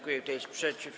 Kto jest przeciw?